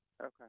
okay